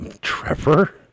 Trevor